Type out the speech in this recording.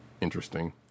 interesting